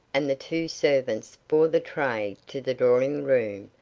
and the two servants bore the tray to the drawing-room,